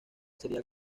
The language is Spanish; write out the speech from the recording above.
sería